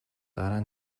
дараа